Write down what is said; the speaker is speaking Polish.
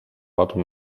padł